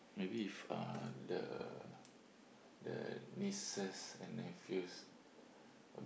maybe if uh the the nieces and nephews a bit